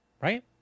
Right